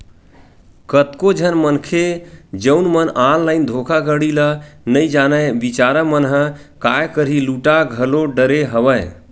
कतको झन मनखे जउन मन ऑनलाइन धोखाघड़ी ल नइ जानय बिचारा मन ह काय करही लूटा घलो डरे हवय